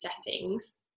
settings